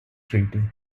treaty